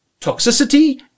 toxicity